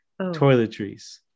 toiletries